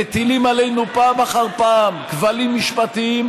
מטילים עלינו פעם אחר פעם כבלים משפטיים,